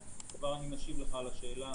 כבר אני משיב לך על השאלה.